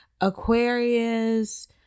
Aquarius